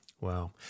Wow